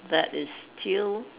that is still